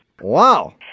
Wow